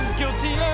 guilty